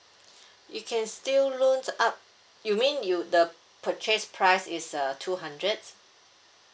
you can still loans up you mean you the purchase price is uh two hundred